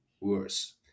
worse